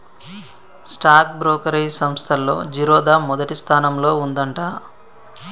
stock brokerage సంస్తల్లో జిరోదా మొదటి స్థానంలో ఉందంట